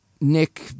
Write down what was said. Nick